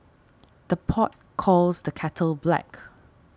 the pot calls the kettle black